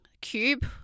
Cube